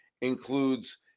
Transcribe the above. includes